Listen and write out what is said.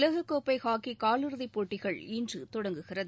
உலகக்கோப்பை ஹாக்கி காலிறுதிப் போட்டிகள் இன்று தொடங்குகிறது